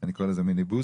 אני קורא לזה מיניבוסים